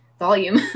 volume